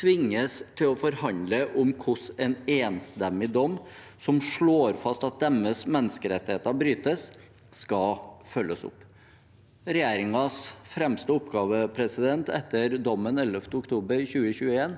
tvinges til å forhandle om hvordan en enstemmig dom som slår fast at deres menneskerettigheter brytes, skal følges opp. Regjeringens fremste oppgave, etter dommen 11. oktober 2021,